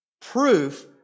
proof